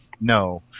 no